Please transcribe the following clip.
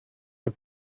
are